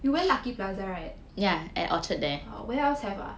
you went lucky plaza right oh where else have ah